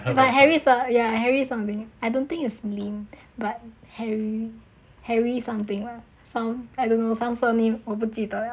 but harry is a ya harry something I don't think it's lim but harry harry something lah some I don't know some surname 我不记得了